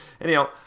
Anyhow